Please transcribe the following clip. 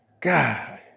God